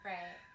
Right